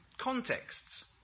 contexts